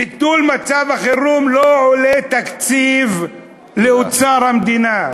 ביטול מצב החירום לא דורש תקציב מאוצר המדינה.